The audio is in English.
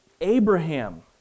Abraham